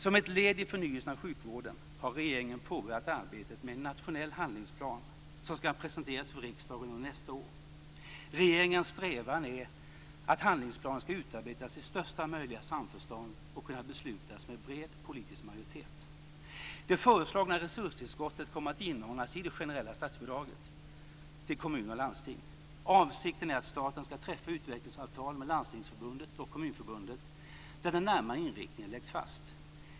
Som ett led i förnyelsen av sjukvården har regeringen påbörjat arbetet med en nationell handlingsplan som ska presenteras för riksdagen under nästa år. Regeringens strävan är att handlingsplanen ska utarbetas i största möjliga samförstånd och kunna beslutas om med bred politisk majoritet. Det föreslagna resurstillskottet kommer att inordnas i det generella statsbidraget till kommuner och landsting. Avsikten är att staten ska träffa utvecklingsavtal med Landstingsförbundet och Kommunförbundet, där den närmare inriktningen läggs fast.